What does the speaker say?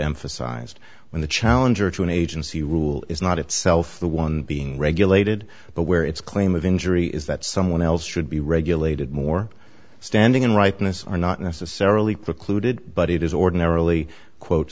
emphasized when the challenger to an agency rule is not itself the one being regulated but where its claim of injury is that someone else should be regulated more standing in rightness or not necessarily precluded but it is ordinarily quote